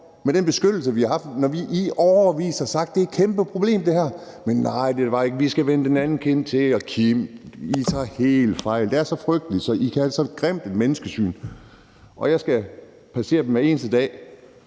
med den beskyttelse, vi har haft, når vi i årevis har sagt, at det her er et kæmpe problem. Men nej, det er det ikke, og vi skal vende den anden kind til, og Kim, I tager jo helt fejl, og det er så frygteligt, at I kan have så grimt et menneskesyn. Og jeg skal passere dem hver eneste dag